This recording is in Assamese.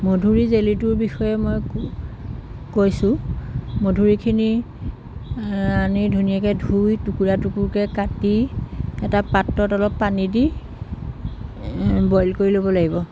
মধুৰিৰ জেলিটোৰ বিষয়ে মই কৈছোঁ মধুৰিখিনি আনি ধুনীয়াকৈ ধুই টুকুৰা টুকুৰকৈ কাটি এটা পাত্ৰত অলপ পানী দি বইল কৰি ল'ব লাগিব